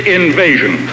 invasion